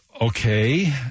okay